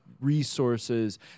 resources